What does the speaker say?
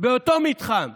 באותו מתחם,